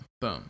boom